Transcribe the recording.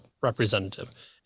representative